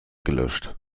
gelöscht